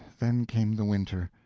then came the winter.